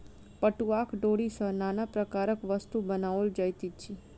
पटुआक डोरी सॅ नाना प्रकारक वस्तु बनाओल जाइत अछि